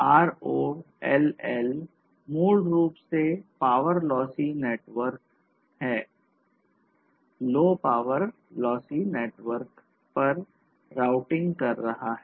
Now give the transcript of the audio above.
ROLL मूल रूप से लो पावर लॉसी नेटवर्क कर रहा है